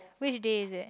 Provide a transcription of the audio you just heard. which day is it